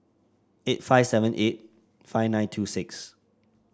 eight five seven eight five nine two six